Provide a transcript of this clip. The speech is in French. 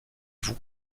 vous